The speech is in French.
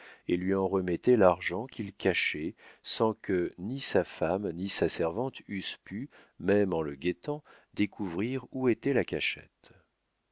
et lui en remettait l'argent qu'il cachait sans que ni sa femme ni sa servante eussent pu même en le guettant découvrir où était la cachette